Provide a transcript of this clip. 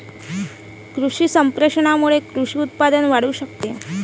कृषी संप्रेषणामुळे कृषी उत्पादन वाढू शकते